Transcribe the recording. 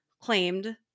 claimed